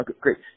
Great